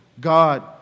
God